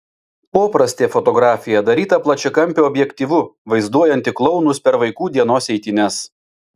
poprastė fotografija daryta plačiakampiu objektyvu vaizduojanti klounus per vaikų dienos eitynes